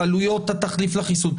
בעלויות התחליף לחיסון,